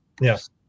Yes